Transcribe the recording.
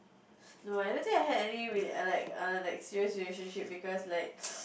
no I don't think I had any real like err like serious relationship because like